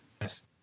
Yes